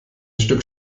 stück